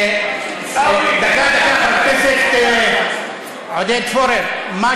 עיסאווי, דקה, דקה, חבר הכנסת עודד פורר, מה